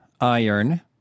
iron